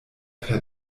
per